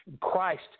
Christ